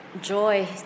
joy